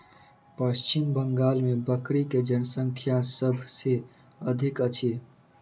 पश्चिम बंगाल मे बकरी के जनसँख्या सभ से अधिक अछि